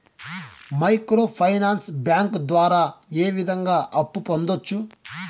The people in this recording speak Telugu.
మైక్రో ఫైనాన్స్ బ్యాంకు ద్వారా ఏ విధంగా అప్పు పొందొచ్చు